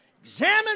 Examine